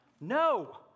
No